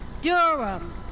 Durham